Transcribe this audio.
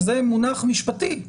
שזה מונח משפטי,